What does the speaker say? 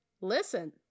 listen